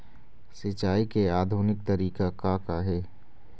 सिचाई के आधुनिक तरीका का का हे?